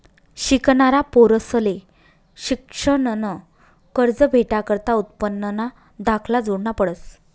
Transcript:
शिकनारा पोरंसले शिक्शननं कर्ज भेटाकरता उत्पन्नना दाखला जोडना पडस